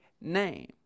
name